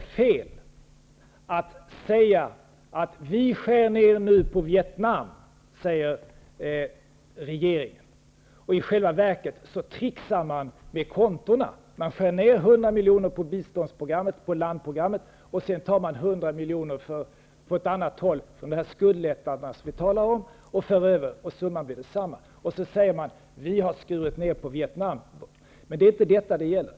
Regeringen säger: Vi skär ner på biståndet till Vietnam. I själva verket trixar man med kontona. Man skär ner 100 milj.kr. på biståndsprogrammet, på landprogrammet. Sedan för man över 100 milj.kr. från ett annat håll, från skuldlättnaderna som vi talade om. Summan blir densamma. Sedan säger man: Vi har skurit ner på biståndet till Vietnam. Men det är inte detta det gäller.